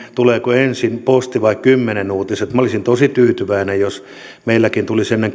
tuleeko ensin posti vai kymmenen uutiset minä olisin tosi tyytyväinen jos meilläkin tulisi ennen